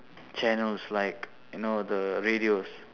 channels like you know the radios